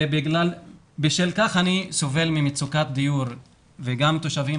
ובשל כך אני סובל ממצוקת דיור וגם תושבים